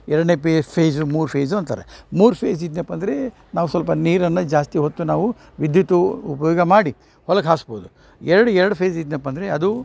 ಎರಡನೇ ಫೇಝು ಮೂರು ಫೇಝು ಅಂತಾರೆ ಮೂರು ಫೇಝ್ ಇದ್ನೆಪ್ಪ ಅಂದರೆ ನಾವು ಸ್ವಲ್ಪ ನೀರನ್ನ ಜಾಸ್ತಿ ಹೊತ್ತು ನಾವು ವಿದ್ಯುತ್ತು ಉಪಯೋಗ ಮಾಡಿ ಹೊಲಕ್ಕೆ ಹಾಸ್ಬೋದು ಎರಡು ಎರಡು ಫೇಝ್ ಇದ್ನೆಪ್ಪ ಅಂದರೆ ಅದೂ